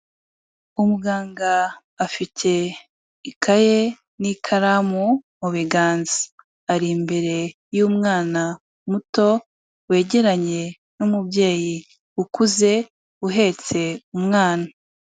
Umuganga afite ikaye n'ikaramu mu biganza. Ari imbere y'umwana muto wegeranye n'umubyeyi ukuze uhetse umwana.